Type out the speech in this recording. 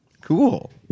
Cool